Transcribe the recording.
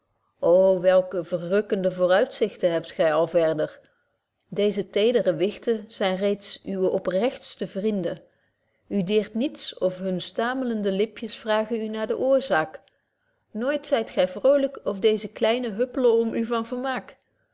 ô welke verrukkende vooruitzichten hebt gy al verder deeze tedere wichten zyn reeds uwe oprechtste vrienden u deert niets of hunne stamelende lipjes vragen u naar de oorzaak nooit zyt gy vrolyk of deeze kleinen huppelen om u van vermaak